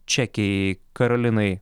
čekei karolinai